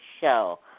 show